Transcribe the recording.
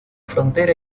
frontera